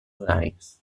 horaris